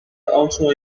also